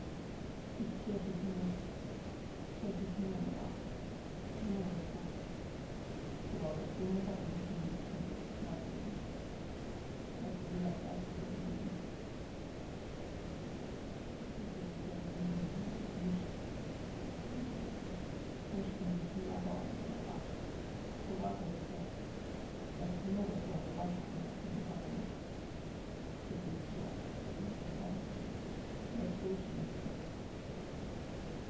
Tsikjíé xi jñú, tsikjíé xi jñúne̱, ñú betju, chu̱a betjujín sá ku̱ni xi ni̱tjin ngatsi, ngatsi yaka chu̱ xi, chu̱ xi ikemm, nix mmm, míxtun ngijñá tsúa̱ mi̱e̱ kua̱ subá betju te̱ jñú betju suba xa̱nda̱ kjinie sá ku̱ni xi kui chu̱ba̱ a̱ kui kju̱a̱ ikee betjuín xi ni̱tjin.